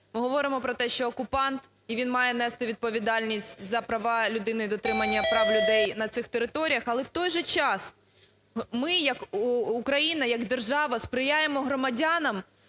ми говоримо про те, що окупант і він має нести відповідальність за права людини, і дотримання прав людей на цих територіях. Але, в той же час, ми, як Україна, як держава, сприяємо громадянам